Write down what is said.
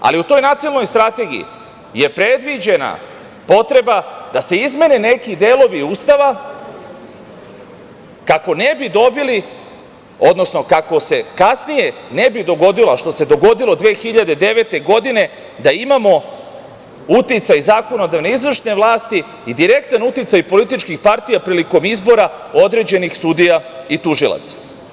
U toj Nacionalnoj strategiji je predviđena potreba da se izmene neki delovi Ustava, kako ne bi dobili, odnosno kako se kasnije ne bi dogodilo, a što se dogodilo 2009. godine, da imamo uticaj zakonodavne, izvršne vlasti i direktan uticaj političkih partija prilikom izbora određenih sudija i tužilaca.